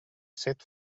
set